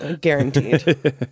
Guaranteed